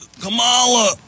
Kamala